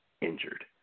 injured